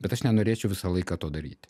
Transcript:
bet aš nenorėčiau visą laiką to daryti